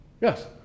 Yes